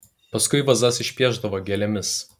paskui vazas išpiešdavo gėlėmis